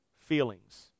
feelings